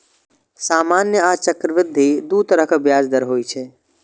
सामान्य आ चक्रवृद्धि दू तरहक ब्याज दर होइ छै